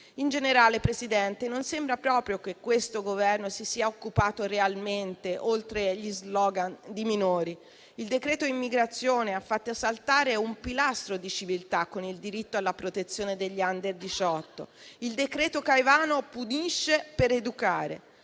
In generale, signora Presidente, non sembra proprio che questo Governo si sia occupato realmente, oltre agli *slogan*, di minori. Il decreto immigrazione ha fatto saltare un pilastro di civiltà con il diritto alla protezione degli *under* 18; il decreto Caivano punisce per educare;